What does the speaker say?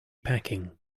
packing